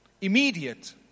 immediate